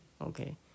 Okay